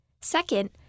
Second